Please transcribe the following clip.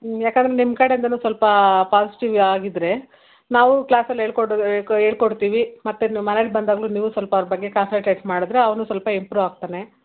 ಹ್ಞೂ ಯಾಕಂದರೆ ನಿಮ್ಕಡೆಯಿಂದನು ಸ್ವಲ್ಪ ಪಾಸಿಟಿವ್ ಆಗಿದ್ದರೆ ನಾವೂ ಕ್ಲಾಸಲ್ಲಿ ಹೇಳಿಕೊಡು ಹೇಳಿ ಹೇಳ್ಕೊಡ್ತಿವಿ ಮತ್ತು ನೀವು ಮನೇಲಿ ಬಂದಾಗಲೂ ನೀವೂ ಸ್ವಲ್ಪ ಅವರ ಬಗ್ಗೆ ಕಾನ್ಸನ್ಟ್ರೇಟ್ ಮಾಡಿದ್ರೆ ಅವನೂ ಸ್ವಲ್ಪ ಇಂಪ್ರೂವ್ ಆಗ್ತಾನೆ